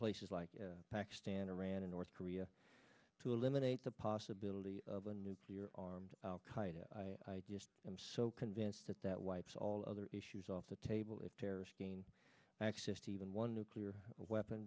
places like pakistan iran and north korea to eliminate the possibility of a nuclear armed them so convinced that that wipes all other issues off the table if terrorist gain access to even one nuclear weapon